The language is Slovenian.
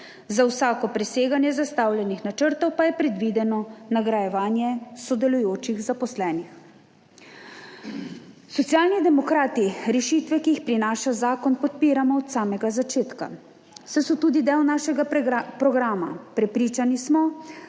za vsako preseganje zastavljenih načrtov pa je predvideno nagrajevanje sodelujočih zaposlenih. Socialni demokrati rešitve, ki jih prinaša zakon, podpiramo od samega začetka, saj so tudi del našega programa. Prepričani smo,